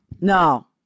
No